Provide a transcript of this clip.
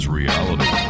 reality